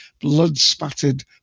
blood-spattered